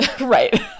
Right